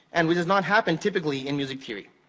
and which has not happened, typically, in music theory.